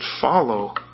follow